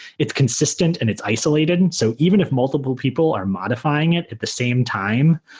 it's consistent and it's isolated. and so even if multiple people are modifying it at the same time,